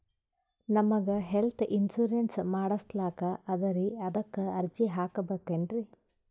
ನಮಗ health insurance ಮಾಡಸ್ಲಾಕ ಅದರಿ ಅದಕ್ಕ ಅರ್ಜಿ ಹಾಕಬಕೇನ್ರಿ?